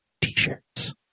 t-shirts